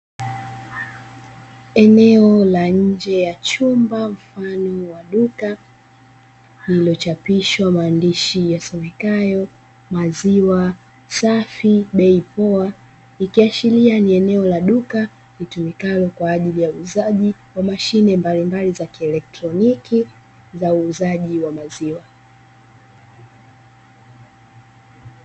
Eneo la nje ya chumba mfano wa duka lililochapishwa maandishi yasomekayo "MAZIWA SAFI KWA BEI POA ",ikiashiria ni eneo la duka litumikalo kwa ajili ya uuzaji wa mashine mbalimbali za kielektroniki za uuzaji wa maziwa.